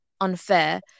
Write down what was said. unfair